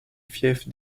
fief